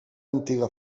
antiga